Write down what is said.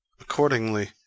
Accordingly